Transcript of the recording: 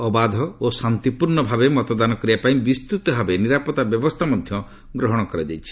ଅବାଧ ଓ ଶାନ୍ତିପୂର୍ଣ୍ଣ ଭାବେ ମତଦାନ କରିବା ପାଇଁ ବିସ୍ତୃତ ଭାବେ ନିରାପଉା ବ୍ୟବସ୍ଥା ଗ୍ରହଣ କରାଯାଇଛି